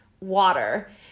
water